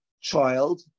child